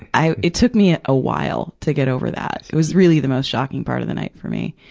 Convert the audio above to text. i, it took me a ah while to get over that. it was really the most shocking part of the night for me,